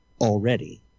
already